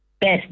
best